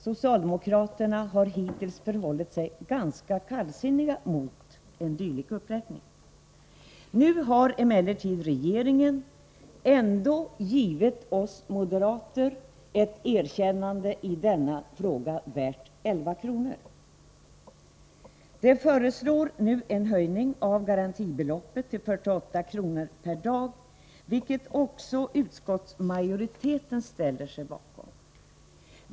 Socialdemokraterna har emellertid hittills förhållit sig ganska kallsinniga till en dylik uppräkning. Nu har emellertid regeringen ändå givit oss moderater ett erkännande i denna fråga, värt 11 kr. Man föreslår en höjning av garantibeloppet till 48 kr. per dag, vilket också utskottsmajoriteten ställer sig bakom.